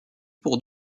pour